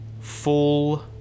full